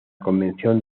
convención